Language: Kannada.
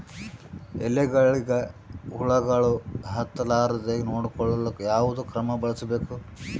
ಎಲೆಗಳಿಗ ಹುಳಾಗಳು ಹತಲಾರದೆ ನೊಡಕೊಳುಕ ಯಾವದ ಕ್ರಮ ಬಳಸಬೇಕು?